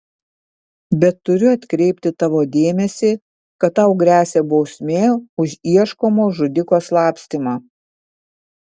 bet turiu atkreipti tavo dėmesį kad tau gresia bausmė už ieškomo žudiko slapstymą